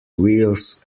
wheels